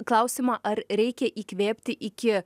klausimą ar reikia įkvėpti iki